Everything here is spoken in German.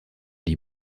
die